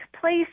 place